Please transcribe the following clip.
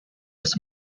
was